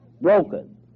broken